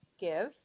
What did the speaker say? Give